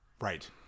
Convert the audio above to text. right